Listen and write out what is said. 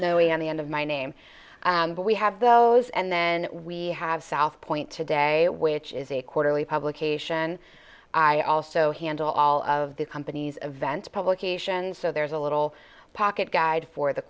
no a on the end of my name but we have those and then we have south point today which is a quarterly publication i also handle all of the companies events publications so there's a little pocket guide for the